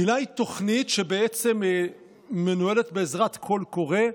היל"ה היא תוכנית שבעצם מנוהלת בעזרת קול קורא.